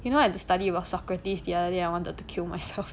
you know I have to study about socrates the other day I wanted to kill myself